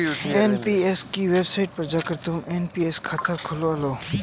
NPS की website पर जाकर तुम एन.पी.एस खाता खुलवा लो